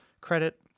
credit